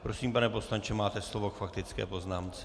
Prosím, pane poslanče, máte slovo k faktické poznámce.